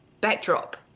backdrop